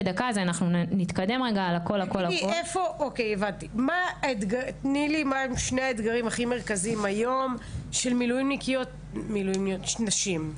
תני לי את שני האתגרים הכי מרכזיים היום של מילואימיות בלהיות נשים.